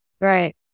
Right